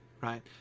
right